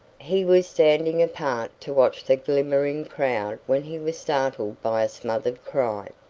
he was standing apart to watch the glimmering crowd when he was startled by a smothered cry.